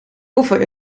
koffer